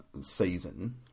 season